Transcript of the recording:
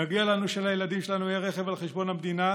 מגיע לנו שלילדים שלנו יהיה רכב על חשבון המדינה,